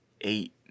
eight